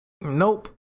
Nope